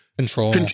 Control